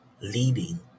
leading